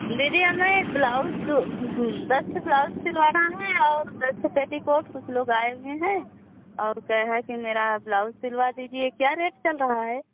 दीदी हमें ब्लाउज तो दस ब्लाउज़ सिलवाना है और दस पेटीकोट कुछ लुगाई में है और क्या है के मेरा ब्लाउज़ सिलवा दीजिए क्या रेट चल रहा है